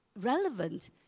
relevant